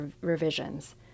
revisions